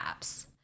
apps